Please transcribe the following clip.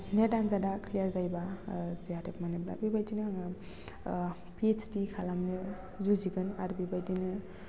net आन्जादा clear जायोबा जाहाथे मोनबा बे बायदिनो आङो पिओइसदि खालामनो जुजिगोन आरो बे बायदिनो